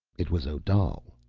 it was odal,